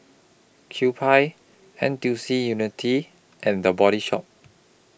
Kewpie N T U C Unity and The Body Shop